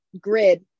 grid